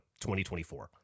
2024